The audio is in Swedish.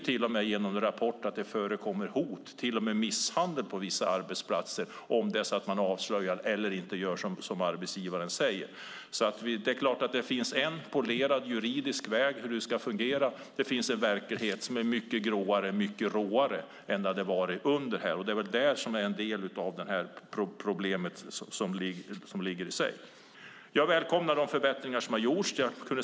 Vi vet genom en rapport att det till och med förekommer hot och misshandel på vissa arbetsplatser om någon avslöjar missförhållanden eller inte gör som arbetsgivaren säger. Det finns en polerad juridisk väg för hur det ska fungera, och det finns en verklighet som är mycket gråare och råare. Det är en del av problemet. Jag välkomnar de förbättringar som har gjorts.